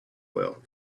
well